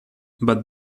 but